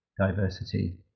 diversity